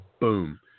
boom